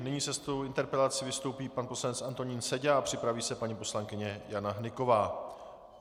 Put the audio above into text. Nyní se svou interpelací vystoupí pan poslanec Antonín Seďa a připraví se paní poslankyně Jana Hnyková.